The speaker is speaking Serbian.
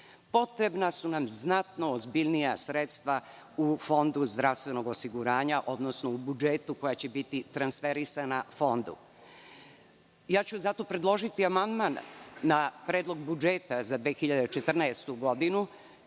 Potrebna su nam znatno ozbiljnija sredstva u Fondu zdravstvenog osiguranja, odnosno u budžetu koja će biti transferisana Fondu. Zato ću predložiti amandman na Predlog budžeta za 2014. godinu